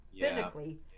physically